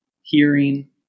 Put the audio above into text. hearing